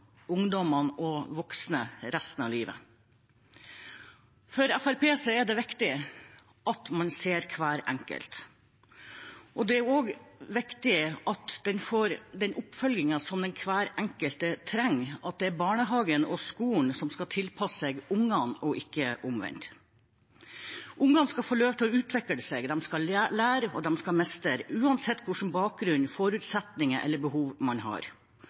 ungdommene og voksne resten av livet. For Fremskrittspartiet er det viktig at man ser hver enkelt. Det er også viktig at den enkelte får den oppfølgingen de trenger, og at det er barnehagen og skolen som skal tilpasse seg barna, ikke omvendt. Barna skal få lov til å utvikle seg, de skal lære og mestre, uansett bakgrunn, forutsetninger eller behov. Derfor er det så viktig med tidlig innsats, og at man